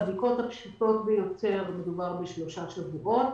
בבדיקות הפשוטות ביותר מדובר בשלושה שבועות,